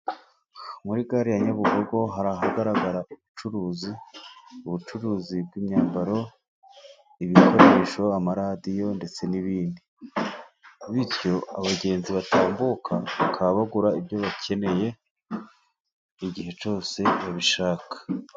Muri gare ya Nyabugogo hari hagaragara ubucuruzi bw'imyambaro, ibikoresho, amaradiyo ndetse n'ibindi. Bityo abagenzi batambuka bakaba bagura ibyo bakeneye igihe cyose babishaka.